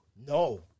No